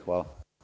Hvala.